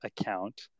account